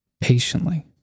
patiently